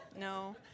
No